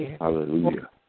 Hallelujah